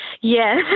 Yes